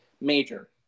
major